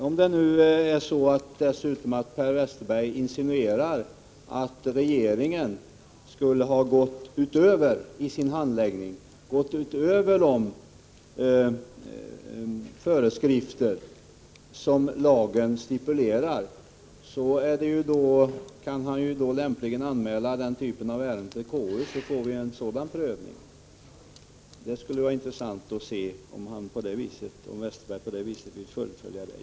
Om Per Westerberg dessutom insinuerar att regeringen i sin handläggning skulle ha gått utöver de föreskrifter som lagen stipulerar, kan han lämpligen anmäla den typen av ärenden till konstitutionsutskottet, så att vi får en prövning där. Det skulle var intressant att se om Per Westerberg vill fullfölja ärendet på det viset.